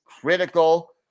critical